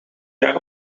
jaar